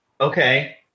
Okay